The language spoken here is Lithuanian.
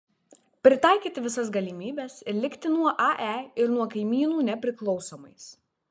pritaikyti visas galimybes ir likti nuo ae ir nuo kaimynų nepriklausomais